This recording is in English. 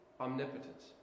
omnipotence